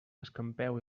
escampeu